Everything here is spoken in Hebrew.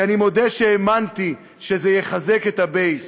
כי אני מודה שהאמנתי שזה יחזק את ה-base,